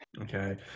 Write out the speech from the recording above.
Okay